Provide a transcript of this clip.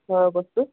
ঘৰৰ বস্তু